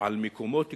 על מקומות קדושים,